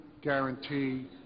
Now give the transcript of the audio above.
guarantee